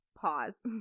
pause